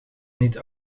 niet